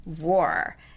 War